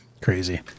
Crazy